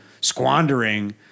squandering